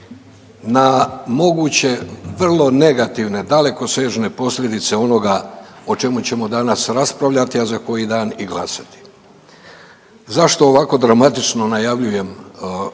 na moguće vrlo negativne dalekosežne posljedice onoga o čemu ćemo danas raspravljati, a za koji dan i glasati. Zašto ovako dramatično najavljujem i